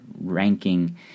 ranking